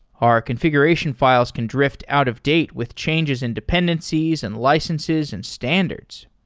our configuration files can drift out of date with changes in dependencies, and licenses, and standards.